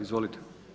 Izvolite.